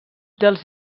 dels